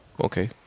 Okay